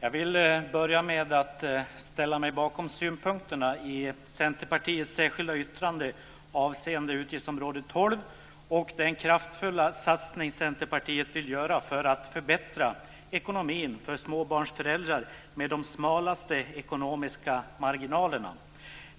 Jag vill börja med att ställa mig bakom synpunkterna i Centerpartiets särskilda yttrande avseende utgiftsområde 12 och den kraftfulla satsning Centerpartiet vill göra för att förbättra ekonomin för småbarnsföräldrar med de smalaste ekonomiska marginalerna.